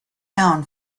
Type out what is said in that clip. down